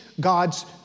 God's